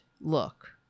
look